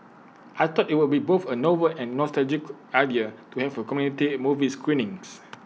I thought IT would be both A novel and nostalgic idea to have community movie screenings